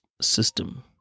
system